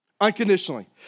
unconditionally